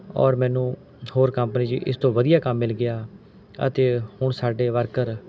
ਔਰ ਮੈਨੂੰ ਹੋਰ ਕੰਪਨੀ 'ਚ ਇਸ ਤੋਂ ਵਧੀਆ ਕੰਮ ਮਿਲ ਗਿਆ ਅਤੇ ਹੁਣ ਸਾਡੇ ਵਰਕਰ